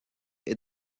est